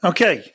Okay